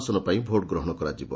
ଆସନ ପାଇଁ ଭୋଟ ଗ୍ରହଣ କରାଯିବ